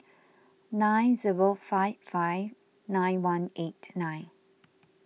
nine zero five five nine one eight nine